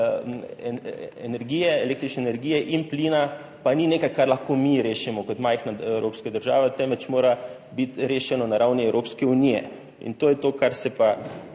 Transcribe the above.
cen električne energije in plina pa ni nekaj, kar lahko mi rešimo kot majhna evropska država, temveč mora biti rešeno na ravni Evropske unije in to je to, kar se pa